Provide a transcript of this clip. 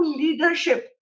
leadership